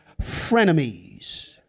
Frenemies